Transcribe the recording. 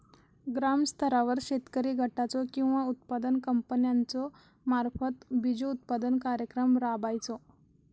ग्रामस्तरावर शेतकरी गटाचो किंवा उत्पादक कंपन्याचो मार्फत बिजोत्पादन कार्यक्रम राबायचो?